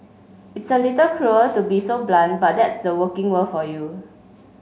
it's a little cruel to be so blunt but that's the working world for you